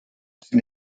sin